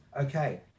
okay